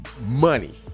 money